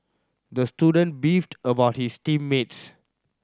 the student beefed about his team mates